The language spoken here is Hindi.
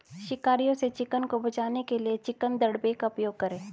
शिकारियों से चिकन को बचाने के लिए चिकन दड़बे का उपयोग करें